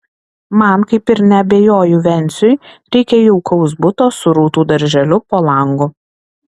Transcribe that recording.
man kaip ir neabejoju venciui reikia jaukaus buto su rūtų darželiu po langu